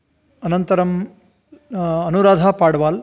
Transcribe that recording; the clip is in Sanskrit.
अनन्तरम् अनुराधा पाड्वाल्